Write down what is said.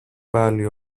πάλι